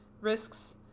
risks